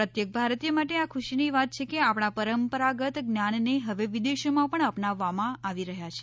પ્રત્યેક ભારતીય માટે આ ખુશીની વાત છે કે આપણા પરંપરાગત જ્ઞાનને હવે વિદેશોમાં પણ અપનાવવામાં આવી રહ્યાં છે